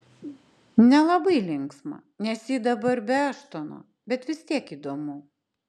nelabai linksma nes ji dabar be eštono bet vis tiek įdomu